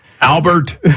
Albert